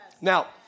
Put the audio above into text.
Now